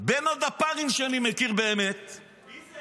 בין הדפ"רים שאני מכיר באמת --- מי זה?